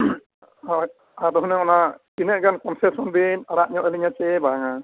ᱦᱳᱭ ᱟᱫᱚ ᱦᱩᱱᱟᱹᱝ ᱛᱤᱱᱟᱹᱝ ᱜᱟᱱ ᱠᱚᱱᱥᱮᱥᱚᱱ ᱵᱤᱱ ᱟᱲᱟᱝ ᱧᱚᱜ ᱟᱹᱞᱤᱧᱟ ᱥᱮ ᱵᱟᱝ